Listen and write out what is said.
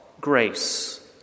grace